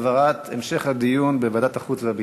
העברת המשך הדיון לוועדת החוץ והביטחון.